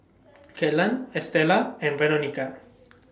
Kellan Estella and Veronica